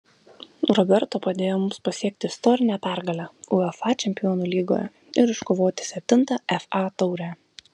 roberto padėjo mums pasiekti istorinę pergalę uefa čempionų lygoje ir iškovoti septintą fa taurę